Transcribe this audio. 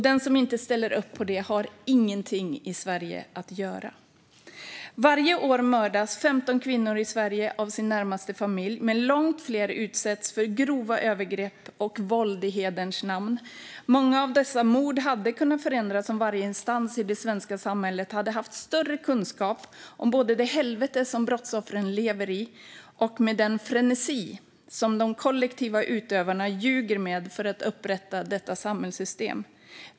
Den som inte ställer upp på det har inget i Sverige att göra. Varje år mördas 15 kvinnor i Sverige av sin närmaste familj, men långt fler utsätts för grova övergrepp och våld i hederns namn. Många av morden hade kunnat förhindras om varje instans i det svenska samhället hade haft större kunskap om det helvete brottsoffren lever i och om den frenesi med vilken de kollektiva utövarna ljuger för att upprätthålla detta samhällssystem.